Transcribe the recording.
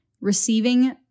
receiving